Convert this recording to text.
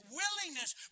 willingness